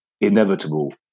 inevitable